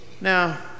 Now